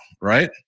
right